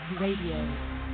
Radio